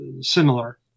similar